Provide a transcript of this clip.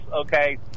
okay